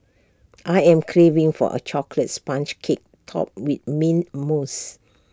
I am craving for A Chocolate Sponge Cake Topped with Mint Mousse